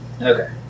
Okay